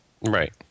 Right